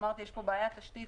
אמרתי שיש פה בעיית תשתית